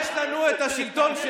אתם פרנואידים.